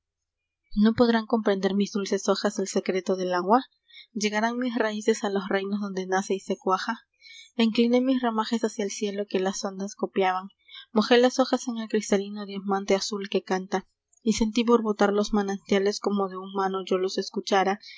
no podrán comprender mis dulces hojas el secreto del agua llegarán mis raíces a los reinos donde nace y se cuaja encliné mis ramajes hacia el cielo que las ondas copiaban mojé las hojas en el cristalino diamante azul que canta y sentí borbotar los manantiales como de humano yo los escuchara